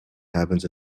happens